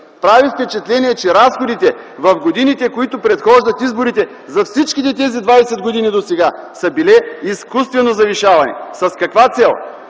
Прави впечатление, че разходите в годините, които предхождат изборите за всичките тези 20 години досега, са били изкуствено завишавани. С каква цел?